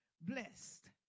blessed